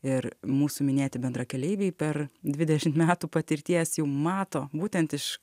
ir mūsų minėti bendrakeleiviai per dvidešimt metų patirties jau mato būtent iš